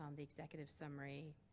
um the executive summary.